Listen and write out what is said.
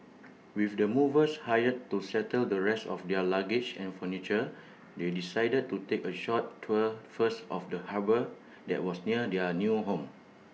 with the movers hired to settle the rest of their luggage and furniture they decided to take A short tour first of the harbour that was near their new home